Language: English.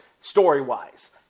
story-wise